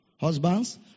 Husbands